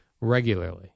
regularly